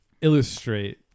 illustrate